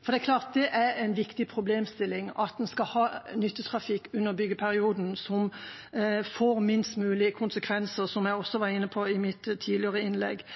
for det er klart at det er en viktig problemstilling at en skal ha nyttetrafikk under byggeperioden som får minst mulig konsekvenser, som jeg også var inne på i mitt tidligere innlegg.